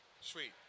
Sweet